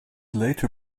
later